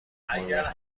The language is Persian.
خورده